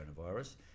coronavirus